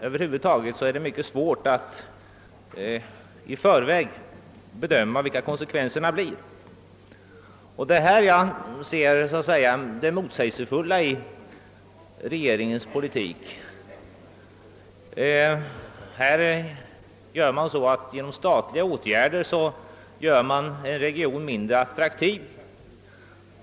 Över huvud taget är det mycket svårt att i förväg bedöma vilka konsekvenserna blir. Det är i ingripanden som dessa som jag ser det motsägelsefulla i regeringens politik. Här gör man genom statliga åtgärder en region mindre attraktiv.